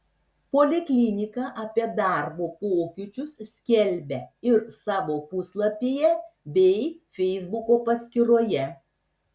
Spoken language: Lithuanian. poliklinika apie darbo pokyčius skelbia ir savo puslapyje bei feisbuko paskyroje